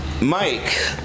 Mike